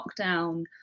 lockdown